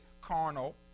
Carnal